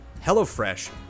HelloFresh